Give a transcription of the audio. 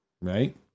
Right